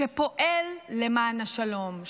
שפועל למען השלום,